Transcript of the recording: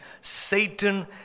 Satan